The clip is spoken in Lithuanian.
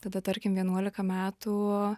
tada tarkim vienuolika metų